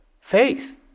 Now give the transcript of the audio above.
faith